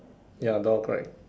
ya